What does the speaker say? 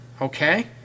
okay